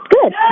Good